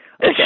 Okay